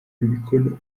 imikono